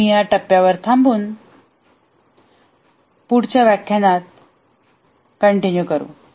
आम्ही या टप्प्यावर थांबून पुढच्या व्याख्यानात कंटिन्यू करू